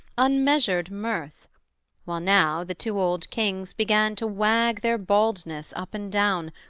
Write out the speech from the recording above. unmeasured mirth while now the two old kings began to wag their baldness up and down,